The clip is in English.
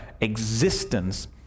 existence